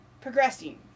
progressing